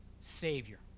savior